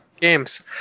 games